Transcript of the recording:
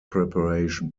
preparation